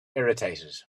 irritated